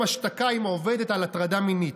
השתקה שחתם עם עובדת על הטרדה מינית.